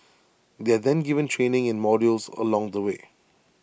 they are then given training in modules along the way